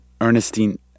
Ernestine